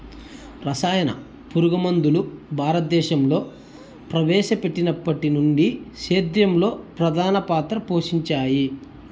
రసాయన పురుగుమందులు భారతదేశంలో ప్రవేశపెట్టినప్పటి నుండి సేద్యంలో ప్రధాన పాత్ర పోషించాయి